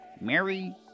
Mary